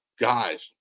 guys